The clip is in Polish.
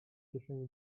kieszeni